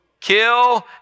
kill